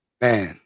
man